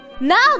Now